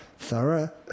Thorough